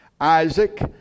Isaac